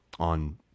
on